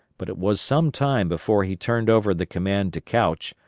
but it was some time before he turned over the command to couch,